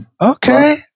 Okay